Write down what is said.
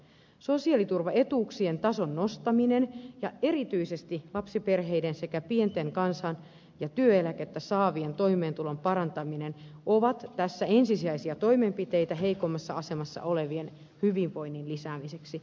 sosiaaliturvaetuuksien tason nostaminen ja erityisesti lapsiperheiden sekä pientä kansan ja työeläkettä saavien toimeentulon parantaminen ovat tässä ensisijaisia toimenpiteitä heikommassa asemassa olevien hyvinvoinnin lisäämiseksi